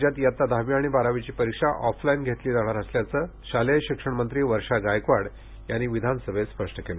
राज्यात इयता दहावी आणि बारावीची परीक्षा ऑफलाईन घेतली जाणार असल्याचं शालेय शिक्षणमंत्री वर्षा गायकवाड यांनी विधानसभेत स्पष्ट केलं